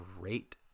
great